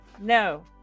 No